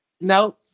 No